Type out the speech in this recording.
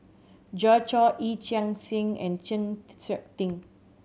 Joi Chua Yee Chia Hsing and Chng Seok Tin